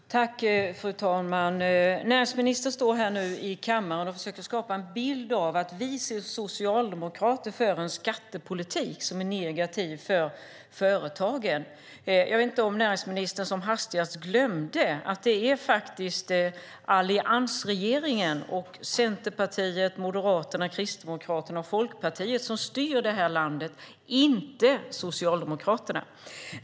Fru talman! Näringsministern står nu här i kammaren och försöker att skapa en bild av att vi socialdemokrater för en skattepolitik som är negativ för företagen. Jag vet inte om näringsministern som hastigast glömde att det är alliansregeringen - Centerpartiet, Moderaterna, Kristdemokraterna och Folkpartiet - som styr landet och inte Socialdemokraterna.